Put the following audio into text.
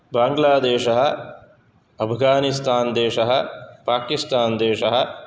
बाङ्ग्लादेशः अफ़्घानिस्तान्देशः पाकिस्तान्देशः